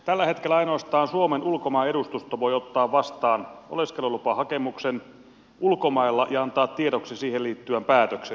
tällä hetkellä ainoastaan suomen ulkomaanedustusto voi ottaa vastaan oleskelulupahakemuksen ulkomailla ja antaa tiedoksi siihen liittyvän päätöksen